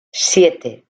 siete